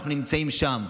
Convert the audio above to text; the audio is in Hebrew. אנחנו נמצאים שם.